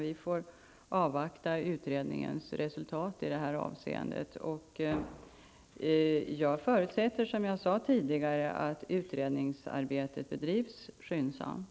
Vi får avvakta utredningens resultat i detta avseende, och jag förutsätter, som jag sade tidigare, att utredningsarbetet bedrivs skyndsamt.